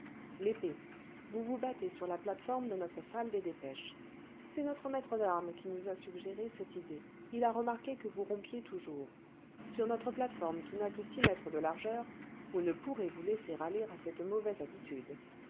l'épée vous vous battez sur la plate-forme de notre salle des dépêches c'est notre maître d'armes qui nous a suggéré cette idée il a remarqué que vous rompiez toujours sur notre plate forrne qui n'a que six mètres de largeur vous ne pourrez vous laisser aller à cette mauvaise habitude